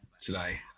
today